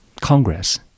Congress